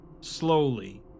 Slowly